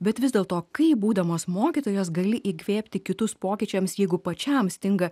bet vis dėlto kai būdamos mokytojos gali įkvėpti kitus pokyčiams jeigu pačiam stinga